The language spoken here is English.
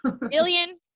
million